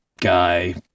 guy